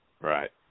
Right